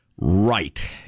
Right